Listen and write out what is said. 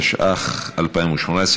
התשע"ח 2018,